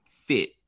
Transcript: fit